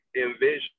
envision